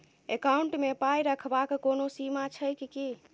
Account मे पाई रखबाक कोनो सीमा छैक की?